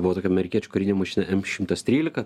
buvo tokia amerikiečių karinė mašina em šimtas trylika